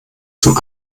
zum